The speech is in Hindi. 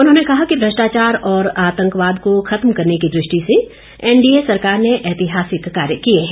उन्होंने कहा कि भ्रष्टाचार और आतंकवाद को खत्म करने की दृष्टि से एनडीए सरकार ने ऐतिहासिक कार्य किए हैं